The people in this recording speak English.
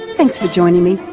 thanks for joining me.